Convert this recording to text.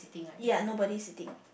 ya nobody sitting